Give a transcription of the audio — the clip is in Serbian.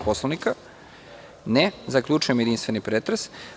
Poslovnika? (Ne) Zaključujem jedinstveni pretres.